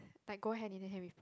like go hand in hand with